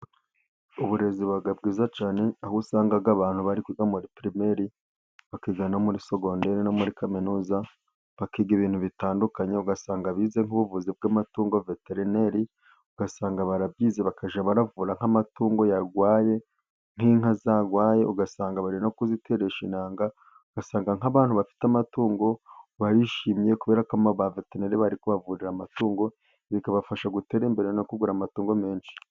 Uburezi buba bwiza cyane aho usanga abantu bari kwiga muri primeri bakajya no muri sogonderi no muri kaminuza, bakiga ibintu bitandukanye ugasanga bize nk'ubuvuzi bw'amatungo veterineri, ugasanga barabyize bakajya bavura nk'amatungo yarwaye nk'inka zarwaye, ugasanga bari no kuziteresha intanga, ugasanga nk'abantu bafite amatungo barishimye kubera ko ba vateneri bari kubavurira amatungo, bikabafasha gutera imbere no kugura amatungo menshi.